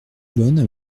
bonnes